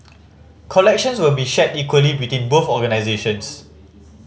collections will be shared equally between both organisations